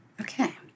Okay